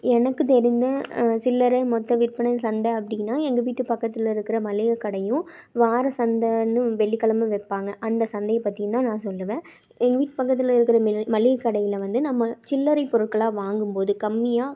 எனக்கு தெரிந்த சில்லறை மொத்த விற்பனை சந்தை அப்படின்னா எங்கள் வீட்டு பக்கத்தில் இருக்கிற மளிகை கடையும் வார சந்தைன்னு வெள்ளிக்கெழமை வைப்பாங்க அந்த சந்தையும் பற்றின்னு தான் நான் சொல்வேன் எங்கள் வீட்டு பக்கத்தில் இருக்கிற மளிகை கடையில் வந்து நம்ம சில்லறை பொருட்களாக வாங்கும்போது கம்மியாக